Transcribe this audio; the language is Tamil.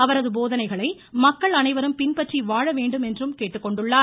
அவரது போதனைகளை மக்கள் அனைவரும் பின்பற்றி வாழவேண்டுமென கேட்டுக்கொண்டுள்ளார்